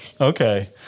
Okay